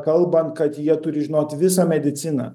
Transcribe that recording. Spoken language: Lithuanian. kalbant kad jie turi žinot visą mediciną